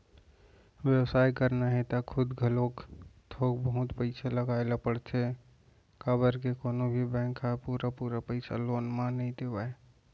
बेवसाय करना हे त खुद घलोक थोक बहुत पइसा लगाए ल परथे काबर के कोनो भी बेंक ह पुरा पुरा पइसा लोन म नइ देवय